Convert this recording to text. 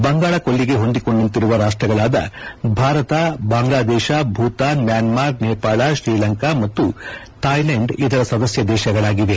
ಬಂಗಾಳ ಕೊಲ್ಲಿಗೆ ಹೊಂದಿಕೊಂಡಂತಿರುವ ರಾಷ್ಟಗಳಾದ ಭಾರತದ ಬಾಂಗ್ಲಾದೇಶ ಭೂತಾನ್ ಮ್ಯಾನ್ಮಾರ್ ನೇಪಾಳ ಶ್ರೀಲಂಕಾ ಮತ್ತು ಥಾಯ್ಲೆಂಡ್ ಇದರ ಸದಸ್ಯ ದೇಶಗಳಾಗಿವೆ